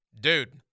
dude